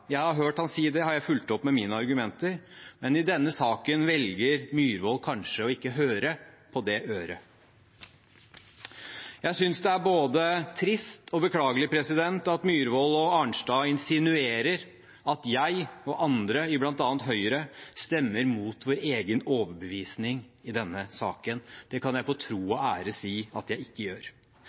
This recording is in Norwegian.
jeg har hørt ham si det, har jeg fulgt opp med mine argumenter, men i denne saken velger Myhrvold kanskje ikke å høre på det øret. Jeg synes det er både trist og beklagelig at representantene Myhrvold og Arnstad insinuerer at jeg og andre i bl.a. Høyre stemmer mot vår egen overbevisning i denne saken. Det kan jeg på tro og ære si at jeg ikke gjør.